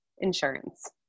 insurance